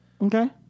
Okay